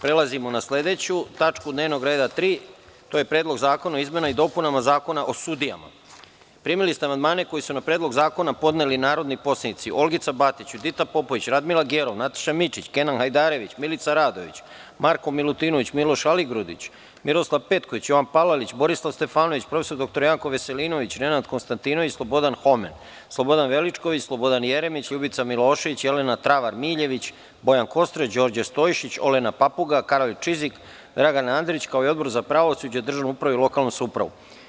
Prelazimo na 3. tačku dnevnog reda – PREDLOG ZAKONA O IZMENAMA I DOPUNAMA ZAKONA O SUDIJAMA Primili ste amandmane koje su na Predlog zakona podneli narodni poslanici: Olgica Batić, Judita Popović, Radmila Gerov, Nataša Mićić, Kenan Hajdarević, Milica Radović, Marko Milutinović, Miloš Aligrudić, Miroslav Petković, Jovan Palalić, Borislav Stefanović, prof. dr Janko Veselinović, Nenad Konstantinović, Slobodan Homen, Slobodan Veličković, Slobodan Jeremić, Ljubica Milošević, Jelena Travar Miljević, Bojan Kostreš, Đorđe Stojšić, Olena Papuga, Karolj Čizik, Dragan Andrić, kao i Odbor za pravosuđe, državnu upravu i lokalnu samoupravu.